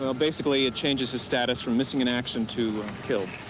um basically, it changes his status from missing in action to killed.